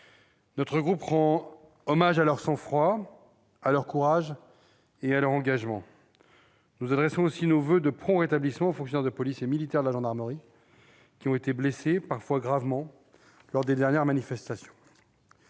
Notre groupe rend hommage à leur sang-froid, à leur courage et à leur engagement. Nous adressons aussi nos voeux de prompt rétablissement aux fonctionnaires de police et aux militaires de la gendarmerie qui ont été blessés, parfois gravement, lors des dernières manifestations.